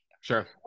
sure